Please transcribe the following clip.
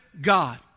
God